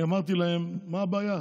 אני אמרתי להם: מה הבעיה,